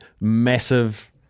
massive